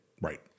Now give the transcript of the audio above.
Right